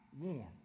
warm